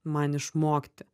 man išmokti